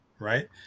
right